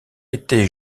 était